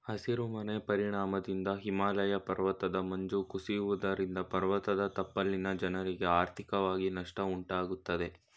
ಹಸಿರು ಮನೆ ಪರಿಣಾಮದಿಂದ ಹಿಮಾಲಯ ಪರ್ವತದ ಮಂಜು ಕುಸಿಯುವುದರಿಂದ ಪರ್ವತದ ತಪ್ಪಲಿನ ಜನರಿಗೆ ಆರ್ಥಿಕವಾಗಿ ನಷ್ಟ ಉಂಟಾಗುತ್ತದೆ